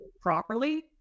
properly